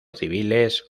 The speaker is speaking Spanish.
civiles